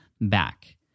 back